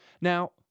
Now